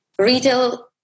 Retail